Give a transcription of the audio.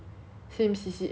same C_C_A 的